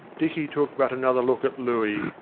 dicky took but another look at looey,